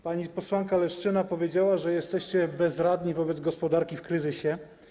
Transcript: Pani posłanka Leszczyna powiedziała, że jesteście bezradni wobec gospodarki w kryzysie.